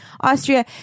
Austria